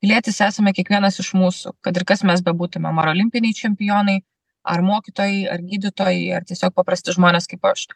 pilietis esame kiekvienas iš mūsų kad ir kas mes bebūtume ar olimpiniai čempionai ar mokytojai ar gydytojai ar tiesiog paprasti žmonės kaip aš